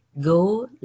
Go